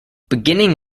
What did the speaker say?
beginning